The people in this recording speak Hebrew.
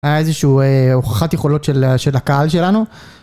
הייתה איזושהי הוכחת יכולות של הקהל שלנו.